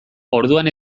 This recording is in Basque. orduan